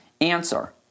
Answer